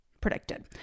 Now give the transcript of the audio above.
predicted